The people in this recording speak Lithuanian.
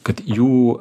kad jų